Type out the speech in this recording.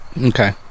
Okay